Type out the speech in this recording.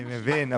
אני מבין.